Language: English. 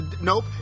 nope